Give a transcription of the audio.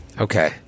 Okay